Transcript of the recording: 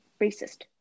racist